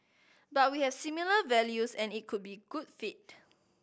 but we have similar values and it could be good fit